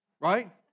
right